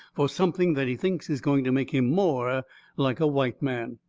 for something that he thinks is going to make him more like a white man.